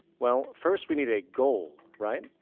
well, first we need a goal, right?